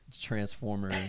Transformer